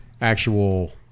actual